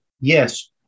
yes